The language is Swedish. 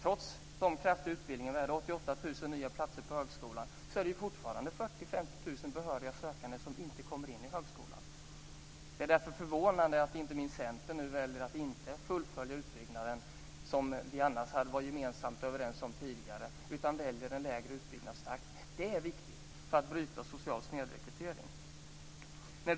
Trots den kraftiga utbyggnaden med 88 000 nya platser på högskolan är det fortfarande 40 000-50 000 Det är därför förvånande att inte minst Centern nu väljer att inte fullfölja utbyggnaden, som vi tidigare gemensamt var överens om, utan väljer en lägre utbyggnadstakt. Det är viktigt när det gäller att bryta social snedrekrytering.